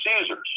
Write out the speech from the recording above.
Caesar's